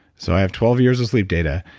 so i have twelve years of sleep data,